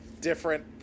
different